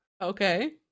Okay